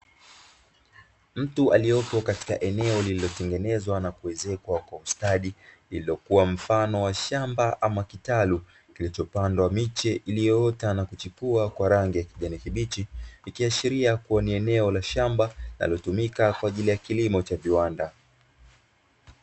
Mtu aliopo katika eneo lililotengenezwa na kuezekwa kwa ustadi, lililokuwa mfano wa shamba ama kitaru, kilichopandwa miche iliyoota na kuchipua kwa rangi ya kijani kibichi, ikiashiria kuwa ni eneo la shamba linalotumika kwa ajili ya killimo cha viwanda.